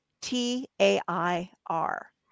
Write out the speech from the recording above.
T-A-I-R